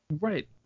Right